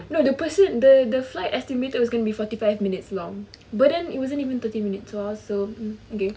no the person the the flight estimated was gonna be forty five minutes long but then it wasn't even thirty minutes so I was so okay